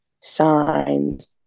signs